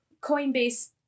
Coinbase